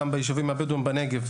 גם ביישובים הבדואים בנגב,